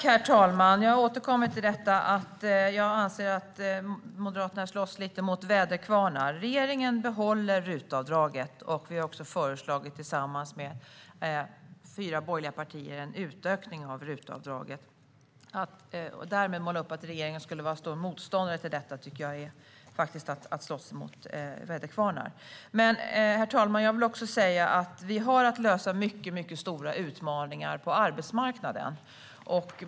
Herr talman! Jag återkommer till att jag anser att Moderaterna slåss lite mot väderkvarnar. Regeringen behåller RUT-avdraget. Vi har också, tillsammans med fyra borgerliga partier, föreslagit en utökning av RUT-avdraget. Att därmed måla upp att regeringen skulle vara stor motståndare till detta tycker jag är att slåss mot väderkvarnar. Jag vill också säga att vi har mycket stora utmaningar att lösa på arbetsmarknaden.